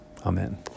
Amen